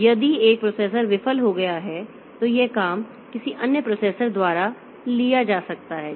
तो यदि एक प्रोसेसर विफल हो गया हैं तो यह काम किसी अन्य प्रोसेसर द्वारा लिया जा सकता है